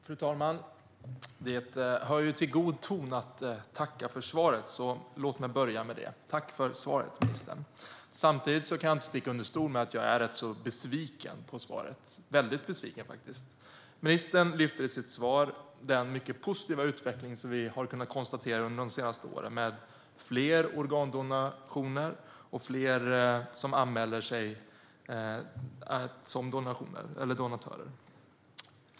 Fru talman! Det hör till god ton att tacka för svaret, så låt mig börja med det: Tack för svaret, ministern! Samtidigt kan jag inte sticka under stol med att jag är besviken på svaret, väldigt besviken faktiskt. Ministern lyfte i sitt svar fram den mycket positiva utveckling som vi har kunnat konstatera under de senaste åren, med fler organdonationer och fler som anmäler sig som donatorer.